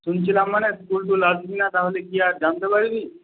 শুনছিলাম মানে স্কুল টুল আসবি না তাহলে কি আর জানতে পারবি